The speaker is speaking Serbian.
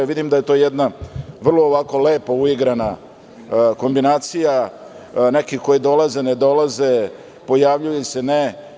Vidim da je to jedna vrlo ovako lepo uigrana kombinacija, neki koji dolaze, ne dolaze, pojavljuju se, ne.